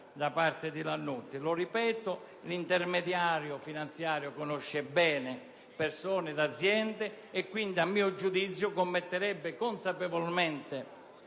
da parte del senatore Lannutti. L'intermediario finanziario conosce bene persone ed aziende e quindi, a mio giudizio, commetterebbe consapevolmente